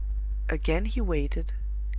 again he waited,